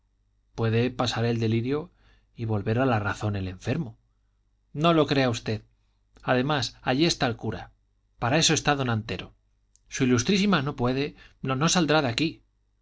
puede pasar el delirio y volver a la razón el enfermo no lo crea usted además allí está el cura para eso está don antero su ilustrísima no puede no saldrá de aquí